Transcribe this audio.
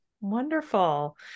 Wonderful